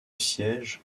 siège